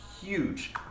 huge